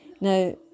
Now